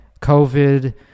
COVID